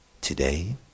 today